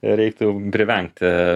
reiktų privengti